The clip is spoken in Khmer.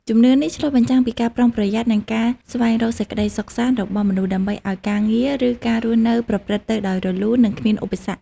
ជំនឿនេះឆ្លុះបញ្ចាំងពីការប្រុងប្រយ័ត្ន និងការស្វែងរកសេចក្តីសុខសាន្តរបស់មនុស្ស ដើម្បីឱ្យការងារ ឬការរស់នៅប្រព្រឹត្តទៅដោយរលូន និងគ្មានឧបសគ្គ។